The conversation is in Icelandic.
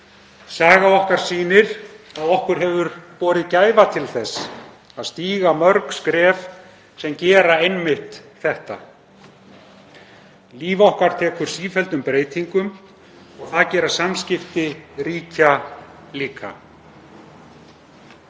Saga okkar sýnir að við höfum borið gæfu til að stíga mörg skref sem gera einmitt þetta. Líf okkar tekur sífelldum breytingum og það gera samskipti ríkja líka.